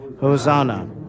Hosanna